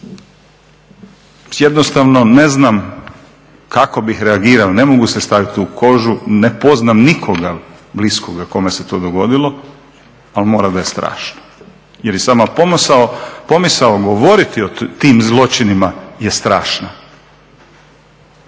Jednostavno ne znam kako bih reagirao, ne mogu se staviti u kožu, ne poznajem nikoga bliskoga kome se to dogodilo ali mora da je strašno. Jer i sama pomisao govoriti o tim zločinima je strašna.